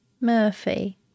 Murphy